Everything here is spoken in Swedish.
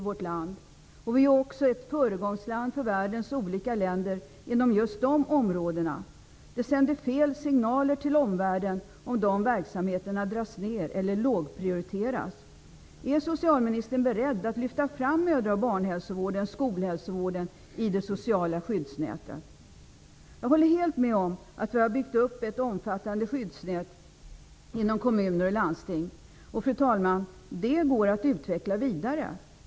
Sverige är ju ett föregångsland för världens olika länder inom just dessa områden. Det sänder fel signaler till omvärlden om dessa verksamheter dras ner eller lågprioriteras. Är socialministern beredd att lyfta fram mödra och barnhälsovården och skolhälsovården i det sociala skyddsnätet? Jag håller helt med om att vi har byggt upp ett omfattande skyddsnät inom kommuner och landsting. Det går att utveckla vidare, fru talman.